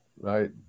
right